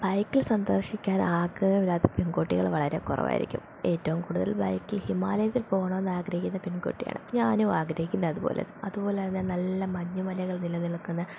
ബൈക്കിൽ സന്ദർശിക്കാൻ ആഗ്രഹമില്ലാത്ത പെൺകുട്ടികള് വളരെ കുറവായിരിക്കും ഏറ്റവും കൂടുതൽ ബൈക്കിൽ ഹിമാലയത്തിൽ പോകണമെന്ന് ആഗ്രഹിക്കുന്ന പെൺകുട്ടിയാണ് ഞാനും ആഗ്രഹിക്കുന്ന അതുപോലെ അതുപോലെ തന്നെ നല്ല മഞ്ഞുമലകൾ നിലനിൽക്കുന്ന